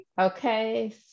Okay